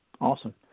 Awesome